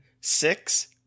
six